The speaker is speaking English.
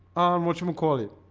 on what you call it